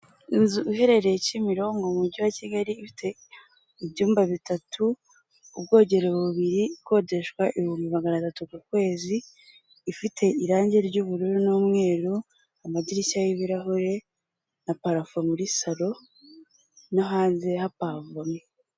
Abantu batandukanye bafite amadapo y'ibara ry'umweru ubururu n'umutuku yanditseho Efuperi bakikije umukuru w'igihugu perezida Paul Kagame wambaye ingofero y'umukara umupira w'umweru, uriho ikirangantego cya efuperi wazamuye akaboko.